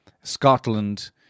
Scotland